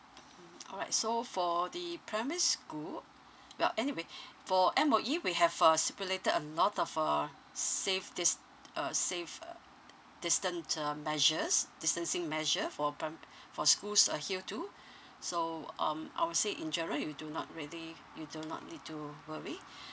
mmhmm alright so for the primary school well anyway for M_O_E we have uh stipulated a lot of uh safe dis~ uh safe uh distant uh measures distancing measure for prim~ for schools to adhere to so um I would say in general you do not really you do not need to worry